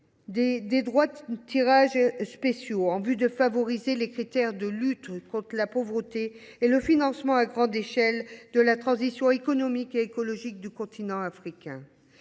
Fonds monétaire international (FMI), en favorisant les critères de lutte contre la pauvreté et le financement à grande échelle de la transition économique et écologique du continent africain.